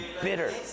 bitter